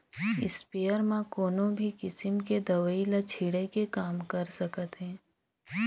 sprayer म कोनो भी किसम के दवई ल छिटे के काम कर सकत हे